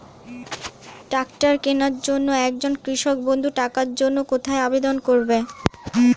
Tractor কিনার জন্য একজন কৃষক বন্ধু টাকার জন্য কোথায় আবেদন করবে?